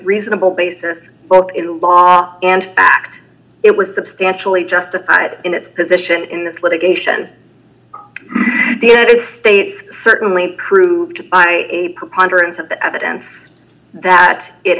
reasonable basis both in law and act it was substantially justified in its position in this litigation the any state's certainly proved by a preponderance of the evidence that it